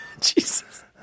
Jesus